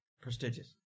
Prestigious